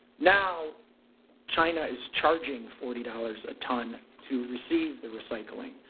now china is charging forty dollars a ton to receive the recycling.